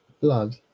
blood